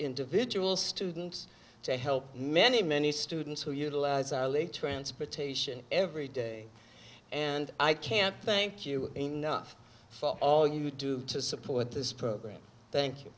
individual students to help many many students who utilize our late transportation every day and i can't thank you enough for all you do to support this program thank you